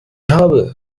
habe